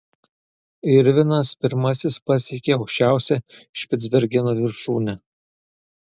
irvinas pirmasis pasiekė aukščiausią špicbergeno viršūnę